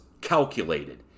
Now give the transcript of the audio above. calculated